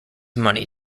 money